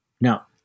Now